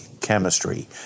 chemistry